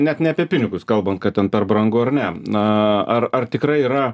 net ne apie pinigus kalbant kad ten per brangu ar ne na ar ar tikrai yra